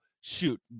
shoot